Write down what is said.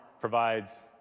provides